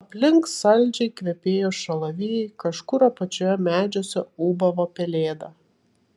aplink saldžiai kvepėjo šalavijai kažkur apačioje medžiuose ūbavo pelėda